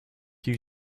you